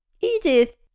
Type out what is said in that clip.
Edith